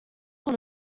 con